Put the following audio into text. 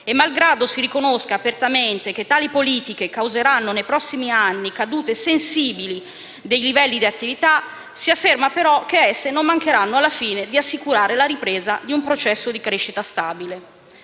Malgrado si riconosca apertamente che tali politiche causeranno nei prossimi anni cadute sensibili dei livelli di attività, si afferma però che esse non mancheranno alla fine di assicurare la ripresa di un processo di crescita stabile.